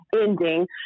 ending